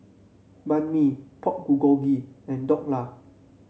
Banh Mi Pork Bulgogi and Dhokla